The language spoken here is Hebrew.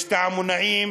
יש עמונאים,